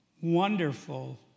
wonderful